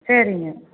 சரிங்க